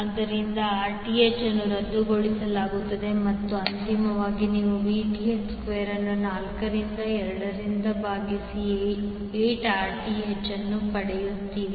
ಆದ್ದರಿಂದ 1 Rth ಅನ್ನು ರದ್ದುಗೊಳಿಸಲಾಗುತ್ತದೆ ಮತ್ತು ಅಂತಿಮವಾಗಿ ನೀವು Vth ಸ್ಕ್ವೇರ್ ಅನ್ನು 4 ರಿಂದ 2 ರಿಂದ ಭಾಗಿಸಿ 8 Rth ಅನ್ನು ಪಡೆಯುತ್ತೀರಿ